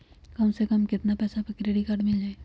सबसे कम कतना पैसा पर क्रेडिट काड मिल जाई?